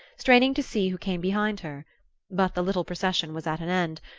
straining to see who came behind her but the little procession was at an end,